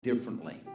Differently